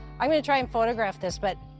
i'm gonna try and photograph this, but.